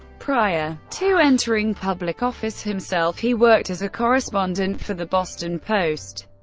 prior to entering public office himself, he worked as a correspondent for the boston post